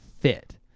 fit